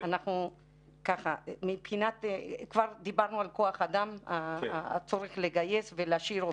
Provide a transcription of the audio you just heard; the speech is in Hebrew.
כבר דיברנו על כוח-אדם, הצורך לגייס ולהשאיר אותם.